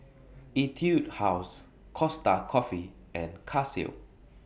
Etude House Costa Coffee and Casio